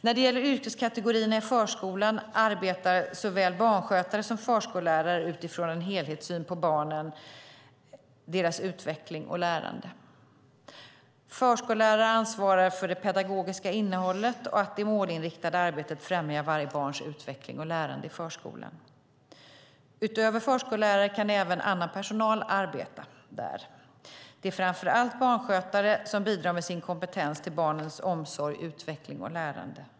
När det gäller yrkeskategorierna i förskolan arbetar såväl barnskötare som förskollärare utifrån en helhetssyn på barnen, deras utveckling och lärande. Förskollärare ansvarar för det pedagogiska innehållet och för att det målinriktade arbetet främjar varje barns utveckling och lärande i förskolan. Utöver förskollärare kan även annan personal arbeta där. Det är framför allt barnskötare, som bidrar med sin kompetens till barnens omsorg, utveckling och lärande.